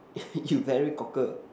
eh you very cocker